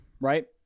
Right